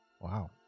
Wow